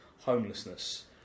homelessness